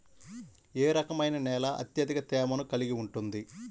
ఏ రకమైన నేల అత్యధిక తేమను కలిగి ఉంటుంది?